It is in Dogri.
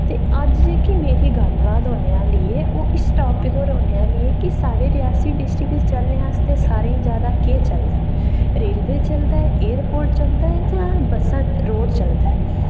ते अज्ज जेह्की मेरी गल्ल बात होने आह्ली ऐ ओह् इस टापिक पर होने आह्ली ऐ कि साढ़े रेआसी डिस्ट्रिक च चलने आस्तै सारें शा जैदा केह् चलदा ऐ रेलवे चलदा ऐ एयरपोर्ट चलदा ऐ जां बस्सां रोड़ चलदा ऐ